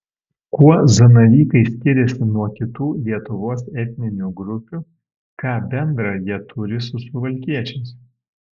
kuo zanavykai skiriasi nuo kitų lietuvos etninių grupių ką bendra jie turi su suvalkiečiais